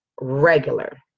regular